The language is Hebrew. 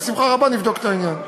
בשמחה רבה, נבדוק את העניין.